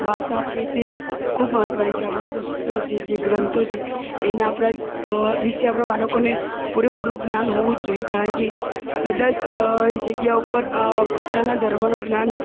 ભાષા છે તે ખૂબ મહત્ત્વની છે આપણાં શાસ્ત્રો છે જે ગ્રંથો છે એના આપણાં વિશે આપણાં બાળકોને પૂરેપૂરું જ્ઞાન હોવું જ જોઈએ કારણ કે બધા જ એ જગ્યાઓ ઉપર પોતાના ધર્મનું જ્ઞાન